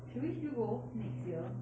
should we still go next year